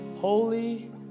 holy